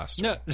No